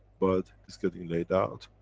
but it's getting laid out,